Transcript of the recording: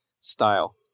style